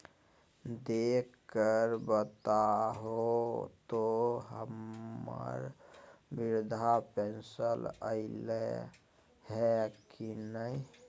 देख कर बताहो तो, हम्मर बृद्धा पेंसन आयले है की नय?